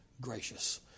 gracious